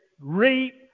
reap